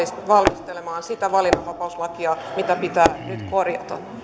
valmistelemaan sitä valinnanvapauslakia mitä mitä pitää nyt korjata